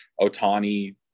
Otani